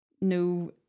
no